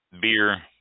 beer